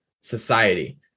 society